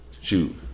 Shoot